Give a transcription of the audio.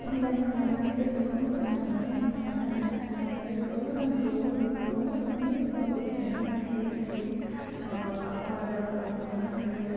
online खालामनानै गोसोखौ मोजां नाङो मानोना जेखौ नांगौ बेखौ मानि मबाइलजोंनो बासि बासि अर्दार खालामहरनो हायो